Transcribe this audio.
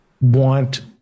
want